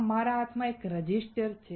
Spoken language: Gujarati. આ મારા હાથમાં એક રેઝિસ્ટર છે